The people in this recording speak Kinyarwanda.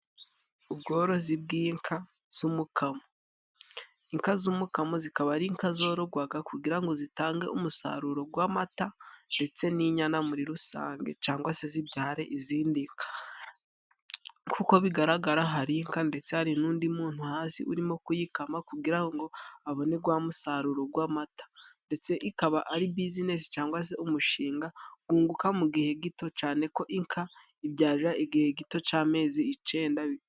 Ubworozi bw'inka z'umukamo; inka z'umukamo zikaba ari inka zorogwaga kugira ngo zitange umusaruro gw'amata ndetse n'inyana muri rusange, cangwa se zibyare izindi nka. Kuko bigaragara hari inka ndetse hari n'undi muntu hasi urimo kuyikama kugira ngo abone gwa musaruro gw'amata, ndetse ikaba ari bizinesi cangwa se umushinga gwunguka mu gihe gito ,cane ko inka ibyarira igihe gito c'amezi icenda.